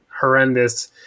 horrendous